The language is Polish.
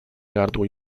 gardło